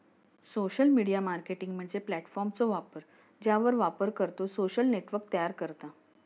social media marketing म्हणजे प्लॅटफॉर्मचो वापर ज्यावर वापरकर्तो सोशल नेटवर्क तयार करता